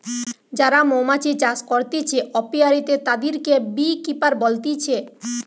যারা মৌমাছি চাষ করতিছে অপিয়ারীতে, তাদিরকে বী কিপার বলতিছে